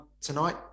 tonight